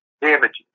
damages